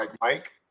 Mike